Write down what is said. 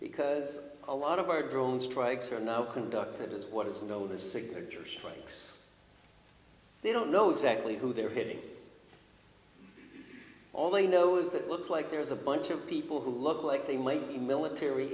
because a lot of our drawn strikes are now conducted as what is known as signature strikes they don't know exactly who they're hitting only knows that looks like there's a bunch of people who look like they might be military